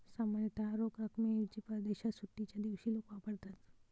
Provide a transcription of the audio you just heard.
सामान्यतः रोख रकमेऐवजी परदेशात सुट्टीच्या दिवशी लोक वापरतात